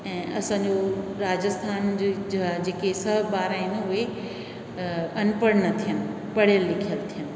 ऐं आसांजो राजस्थान ज ज जेके सभु ॿार आहिनि उहे अनपढ़ न थियनि पढ़ियलु लिखियलु थियनि